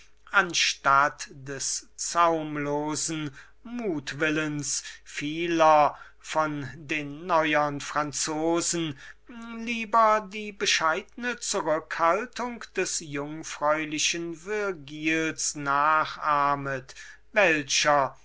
anstatt des zaumlosen mutwillens vieler von den neuern franzosen lieber die bescheidne zurückhaltung des jungfräulichen virgils nachahmet welcher